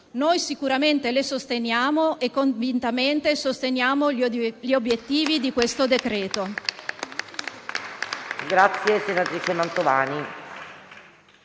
noi sicuramente le sosteniamo e convintamente sosteniamo gli obiettivi di questo decreto.